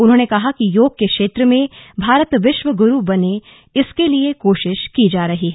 उन्होंने कहा कि योग के क्षेत्र में भारत विश्व गुरू बने इसके लिए कोशिश की जा रही है